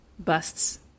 busts